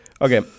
okay